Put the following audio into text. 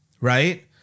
Right